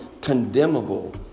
condemnable